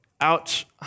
Ouch